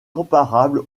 comparable